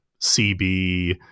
CB